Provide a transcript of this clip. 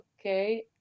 okay